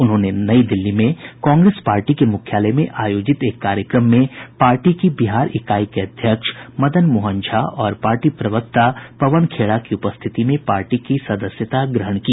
उन्होंने नई दिल्ली में कांग्रेस पार्टी के मुख्यालय में आयोजित एक कार्यक्रम में पार्टी की बिहार इकाई के अध्यक्ष मदन मोहन झा और पार्टी प्रवक्ता पवन खेड़ा की उपस्थिति में पार्टी की सदस्यता ग्रहण की